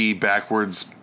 backwards